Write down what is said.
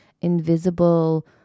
invisible